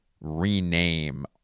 rename